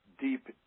deep